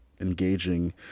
engaging